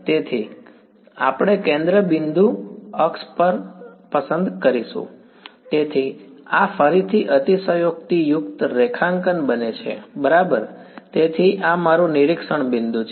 તેથી આપણે કેન્દ્ર બિંદુ અક્ષ પસંદ કરીશું તેથી આ ફરીથી અતિશયોક્તિયુક્ત રેખાંકન બને છે બરાબર તેથી આ મારું નિરીક્ષણ બિંદુ છે